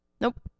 Nope